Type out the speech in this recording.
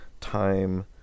Time